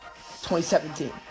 2017